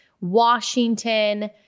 Washington